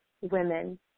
women